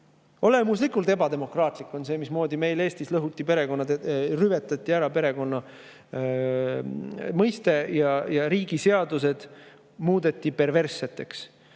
Olemuslikult ebademokraatlik on see, mismoodi meil Eestis lõhuti, rüvetati ära perekonna mõiste ja riigi seadused muudeti perversseks.